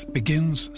begins